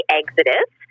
exodus